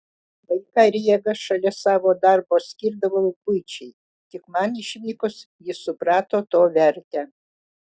laiką ir jėgas šalia savo darbo skirdavau buičiai tik man išvykus jis suprato to vertę